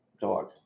dog